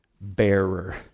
bearer